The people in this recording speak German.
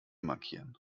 markieren